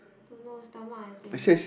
don't know stomach I think